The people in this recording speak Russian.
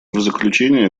заключение